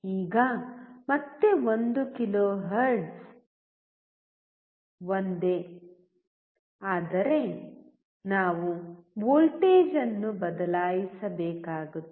ಈಗ ಮತ್ತೆ 1 ಕಿಲೋಹೆರ್ಟ್ಜ್ ಒಂದೇ ಆದರೆ ನಾವು ವೋಲ್ಟೇಜ್ ಅನ್ನು ಬದಲಾಯಿಸಬೇಕಾಗಿತ್ತು